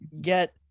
get